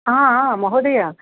महोदय